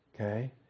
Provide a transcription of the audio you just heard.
Okay